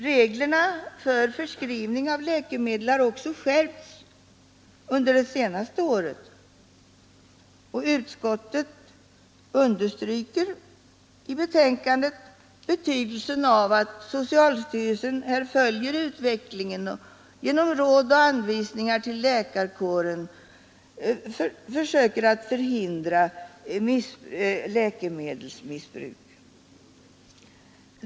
Reglerna för förskrivning av läkemedel har också skärpts under det senaste året, och utskottet understryker i betänkandet betydelsen av att socialstyrelsen följer utvecklingen och genom råd och anvisningar till läkarkåren försöker förhindra läkemedelsmissbruk.